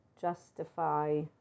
justify